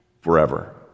forever